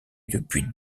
depuis